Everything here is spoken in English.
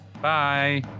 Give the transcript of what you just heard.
Bye